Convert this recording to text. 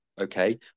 okay